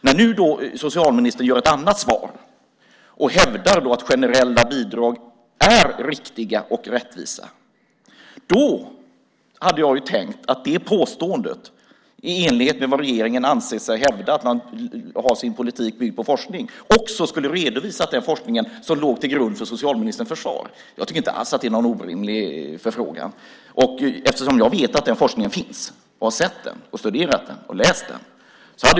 När nu socialministern ger ett annat svar och hävdar att generella bidrag är riktiga och rättvisa hade jag tänkt att socialministern, i enlighet med att regeringen anser sig ha sin politik byggd på forskning, också skulle redovisa den forskning som ligger till grund för socialministerns svar. Jag tycker inte alls att det är någon orimlig förfrågan. Jag vet att den forskningen finns. Jag har sett den, studerat den och läst den.